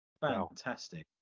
Fantastic